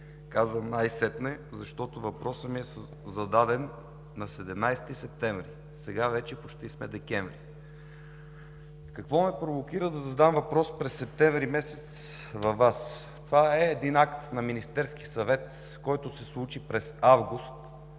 Казвам „най-сетне“, защото въпросът ми е зададен на 17 септември, сега вече почти сме декември. Какво ме провокира да задам въпрос през месец септември към Вас? Това е един акт на Министерския съвет, който се случи през месец